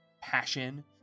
passion